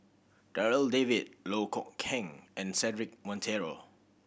Darryl David Loh Kok Heng and Cedric Monteiro